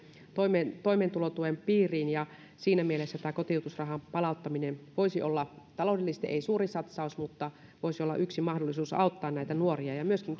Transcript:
toimeentulotuen piiriin siinä mielessä tämä kotiutusrahan palauttaminen voisi olla ei taloudellisesti suuri satsaus mutta yksi mahdollisuus auttaa näitä nuoria ja myöskin